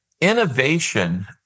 Innovation